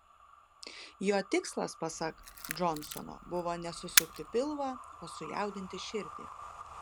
jo tikslas pasak džonsono buvo ne susukti pilvą o sujaudinti širdį